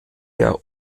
der